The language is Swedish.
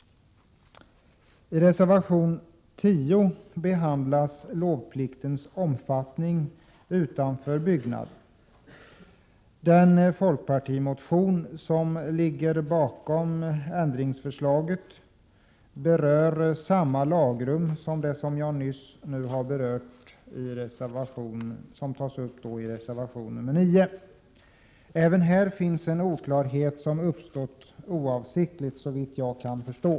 I reservation 10 behandlas lovpliktens omfattning för va-anordningar utanför byggnad. Det är en folkpartimotion som ligger bakom förslaget att man skall ändra det aktuella lagrummets ordalydelse. Förslaget berör samma lagrum som jag nyss tog upp när det gällde reservation 9. Även här finns en oklarhet i lagen som har uppstått oavsiktligt, såvitt jag kan förstå.